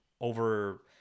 over